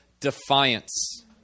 defiance